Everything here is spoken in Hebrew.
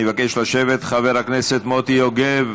אני מבקש לשבת, חבר הכנסת מוטי יוגב.